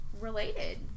related